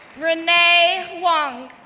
renee huang,